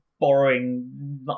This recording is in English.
borrowing